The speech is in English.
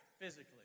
physically